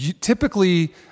typically